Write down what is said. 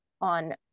on